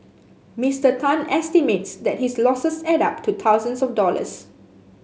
Mister Tan estimates that his losses add up to thousands of dollars